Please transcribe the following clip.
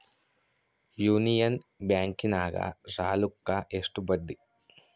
Union ಬ್ಯಾಂಕಿನಾಗ ಸಾಲುಕ್ಕ ಎಷ್ಟು ಬಡ್ಡಿ?